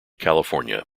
california